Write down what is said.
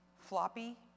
floppy